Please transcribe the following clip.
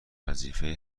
وظیفه